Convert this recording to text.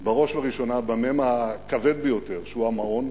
בראש ובראשונה במ"ם הכבד ביותר, שהוא המעון.